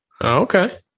Okay